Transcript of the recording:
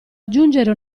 aggiungere